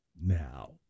Now